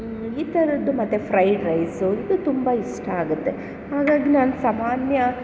ಈ ಥರದ್ದು ಮತ್ತು ಫ್ರೈಡ್ ರೈಸು ಇದು ತುಂಬ ಇಷ್ಟ ಆಗುತ್ತೆ ಹಾಗಾಗಿ ನಾನು ಸಾಮಾನ್ಯ